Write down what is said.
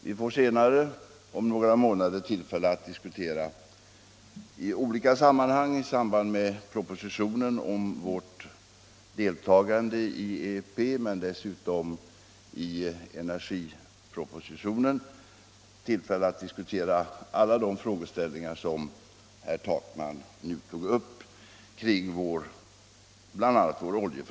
Vi får om några månader — i samband med propositionen om vårt deltagande i IEP och dessutom i samband med energipropositionen — tillfälle att diskutera alla de frågeställningar kring bl.a. vår oljeför — Nr 14 sörjning som herr Takman nu tog upp.